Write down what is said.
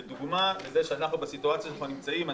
זאת דוגמה לזה שבסיטואציה שאנחנו נמצאים בה